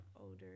older